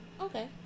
okay